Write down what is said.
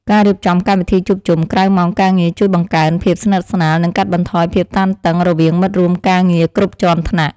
ការរៀបចំកម្មវិធីជួបជុំក្រៅម៉ោងការងារជួយបង្កើនភាពស្និទ្ធស្នាល និងកាត់បន្ថយភាពតានតឹងរវាងមិត្តរួមការងារគ្រប់ជាន់ថ្នាក់។